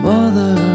Mother